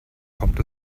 kommt